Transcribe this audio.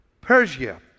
Persia